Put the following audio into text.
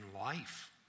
life